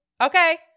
Okay